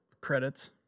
credits